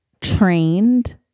trained